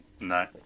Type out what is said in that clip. No